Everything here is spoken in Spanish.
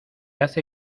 hace